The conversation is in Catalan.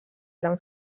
gran